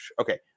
Okay